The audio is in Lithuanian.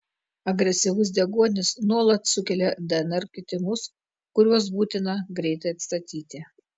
agresyvus deguonis nuolat sukelia dnr kitimus kuriuos būtina greitai atstatyti